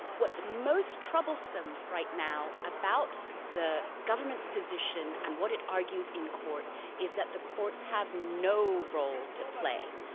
what's most troublesome right now about the government's position and what it argues in court is that the courts have no role to play,